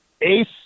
ace